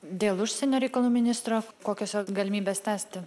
dėl užsienio reikalų ministro kokios jo galimybės tęsti